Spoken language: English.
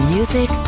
Music